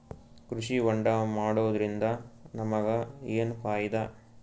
ಕೃಷಿ ಹೋಂಡಾ ಮಾಡೋದ್ರಿಂದ ನಮಗ ಏನ್ ಫಾಯಿದಾ?